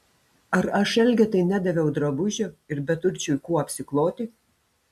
ar aš elgetai nedaviau drabužio ir beturčiui kuo apsikloti